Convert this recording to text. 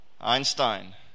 Einstein